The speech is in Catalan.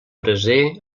braser